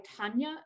Tanya